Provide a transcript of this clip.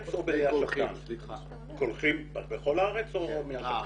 קולחין בכל הארץ או מהשפדן?